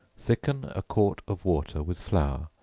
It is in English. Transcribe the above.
thicken a quart of water with flour,